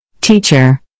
Teacher